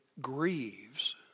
grieves